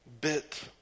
bit